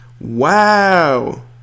Wow